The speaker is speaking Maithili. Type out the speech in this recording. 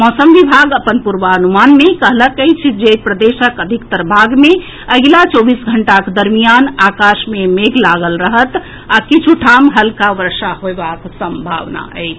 मौसम विभाग अपन पूर्वानुमान मे कहलक अछि जे प्रदेशक अधिकतर भाग मे अगिला चौबीस घंटाक दरमियान आकाश मे मेघ लागल रहत आ किछु ठाम हल्का वर्षा होएबाक संभावना अछि